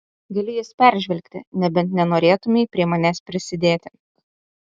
gali jas peržvelgti nebent nenorėtumei prie manęs prisidėti